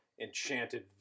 Enchanted